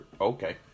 Okay